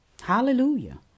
Hallelujah